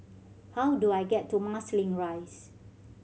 how do I get to Marsiling Rise